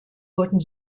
wurden